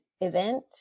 event